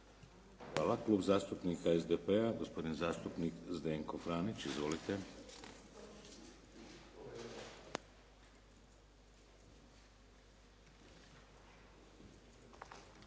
Hvala. Klub zastupnika SDP-a, gospodin zastupnik Zdenko Franić. Izvolite.